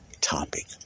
topic